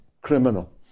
criminal